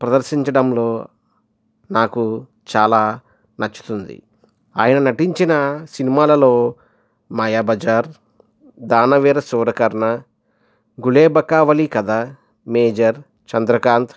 ప్రదర్శించడంలో నాకు చాలా నచ్చుతుంది ఆయన నటించిన సినిమాలలో మాయాబజార్ దానవీరశూరకర్ణ గులేబకావళి కథ మేజర్ చంద్రకాంత్